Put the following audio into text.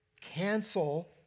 cancel